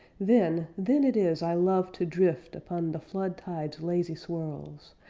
then, then it is i love to drift upon the flood-tide's lazy swirls,